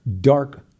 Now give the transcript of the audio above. dark